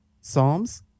Psalms